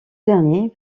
dernier